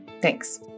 Thanks